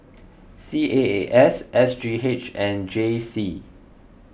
C A A S S G H and J C